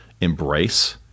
embrace